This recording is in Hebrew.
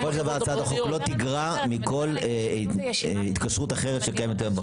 בסופו של דבר הצעת החוק לא תגרע מכל התקשרות אחרת שקיימת היום.